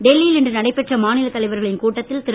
டெல்லியில் இன்று நடைபெற்ற மாநில தலைவர்களின் கூட்டத்தில் திரு